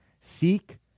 seek